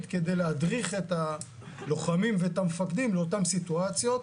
כדי להדריך את הלוחמים ואת המפקדים לאותן סיטואציות,